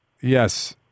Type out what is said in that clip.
Yes